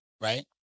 right